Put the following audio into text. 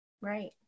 Right